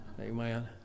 amen